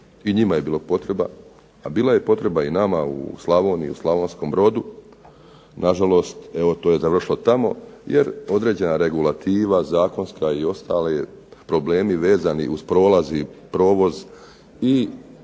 I njima je bila potreba, a bila je potreba i nama u Slavoniji, u Slavonskom Brodu. Nažalost, evo to je završilo tamo jer određena regulativa zakonska i ostali problemi vezani uz prolaz i provoz i